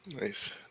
nice